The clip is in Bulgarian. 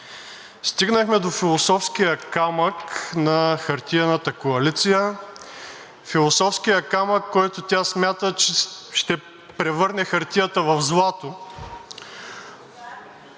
стигнахме до философския камък на хартиената коалиция. Философският камък, с който тя смята, че ще превърне хартията в злато…